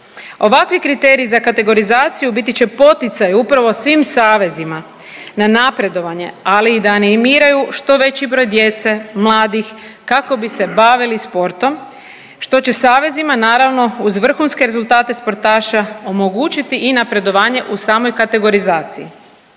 Ovakvi kriteriji za kategorizaciju biti će poticaj upravo svim savezima na napredovanje, ali i da animiraju što veći broj djece, mladih kako bi se bavili sportom što će savezima naravno uz vrhunske rezultate sportaša omogućiti i napredovanje u samoj kategorizaciji.